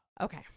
Okay